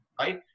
right